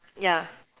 ya